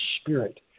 spirit